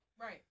Right